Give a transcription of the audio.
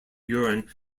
urine